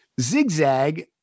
Zigzag